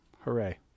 hooray